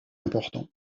importants